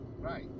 Right